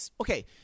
okay